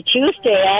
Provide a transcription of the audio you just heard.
Tuesday